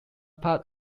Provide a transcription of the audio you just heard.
parts